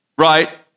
Right